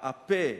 הפה,